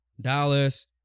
Dallas